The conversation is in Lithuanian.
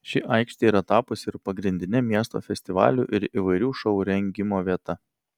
ši aikštė yra tapusi ir pagrindine miesto festivalių ir įvairių šou rengimo vieta